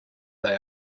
they